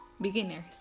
beginners